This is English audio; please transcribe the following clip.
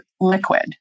liquid